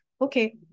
okay